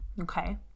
okay